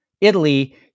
Italy